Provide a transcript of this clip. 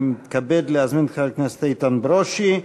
אני מתכבד להזמין את חבר הכנסת איתן ברושי,